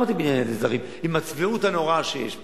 עם הצביעות הנוראה שיש פה?